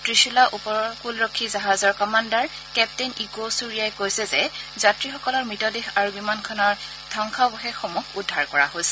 Trisula উপকূলৰক্ষী জাহাজৰ commander captain Eko চূৰীয়াই কৈছে যে যাত্ৰীসকলৰ মৃতদেহ আৰু বিমানখনৰ ধবংসাৱশেষসমূহ উদ্ধাৰ কৰা হৈছে